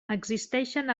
existixen